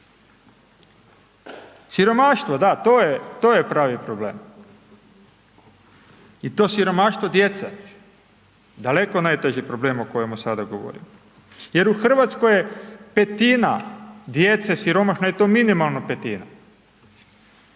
Siromaštvo, da to je pravi problem. I to siromaštvo djece, daleko najteži problem o kojemu sada govorite. Jer u Hrvatskoj je petina djece siromašno eto minimalno petina.